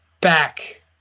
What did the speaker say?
back